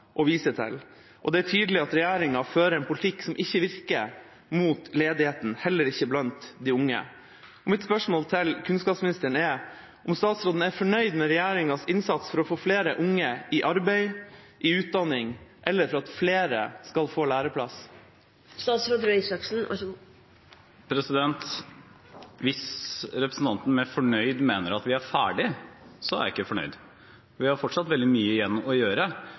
vise til, og det er tydelig at regjeringa fører en politikk som ikke virker mot ledigheten, heller ikke blant de unge. Mitt spørsmål til kunnskapsministeren er: Er statsråden fornøyd med regjeringas innsats for å få flere unge i arbeid, i utdanning eller for at flere skal få læreplass? Hvis representanten med fornøyd mener at vi er ferdige, er jeg ikke fornøyd. Vi har fortsatt veldig mye igjen å gjøre,